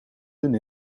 dun